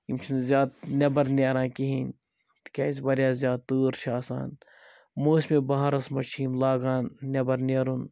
یِم چھِنہٕ زیاد نیٚبَر نیران کِہیٖنۍ تکیازِ واریاہ زیادٕ تۭر چھِ آسان موسمِ بَہارَس مَنٛز چھ یِم لاگان نیٚبَر نیرُن